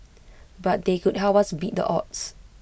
but they could help us beat the odds